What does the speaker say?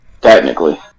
Technically